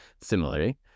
Similarly